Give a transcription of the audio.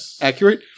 accurate